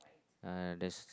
uh there's